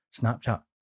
snapchat